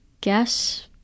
guess